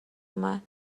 اومد